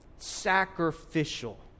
sacrificial